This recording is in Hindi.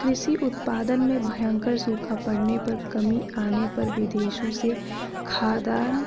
कृषि उत्पादन में भयंकर सूखा पड़ने पर कमी आने पर विदेशों से खाद्यान्न